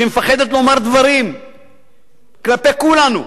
שמפחדת לומר דברים כלפי כולנו.